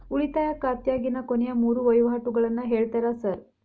ಉಳಿತಾಯ ಖಾತ್ಯಾಗಿನ ಕೊನೆಯ ಮೂರು ವಹಿವಾಟುಗಳನ್ನ ಹೇಳ್ತೇರ ಸಾರ್?